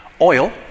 Oil